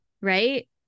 Right